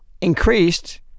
increased